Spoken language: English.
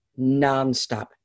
nonstop